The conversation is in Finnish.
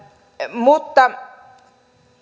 mutta